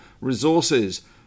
Resources